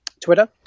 Twitter